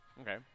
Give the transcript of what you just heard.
Okay